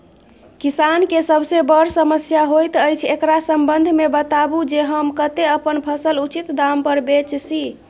किसान के सबसे बर समस्या होयत अछि, एकरा संबंध मे बताबू जे हम कत्ते अपन फसल उचित दाम पर बेच सी?